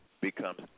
becomes